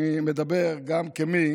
אני מדבר גם כמי